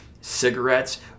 cigarettes